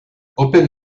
open